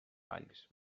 valls